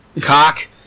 cock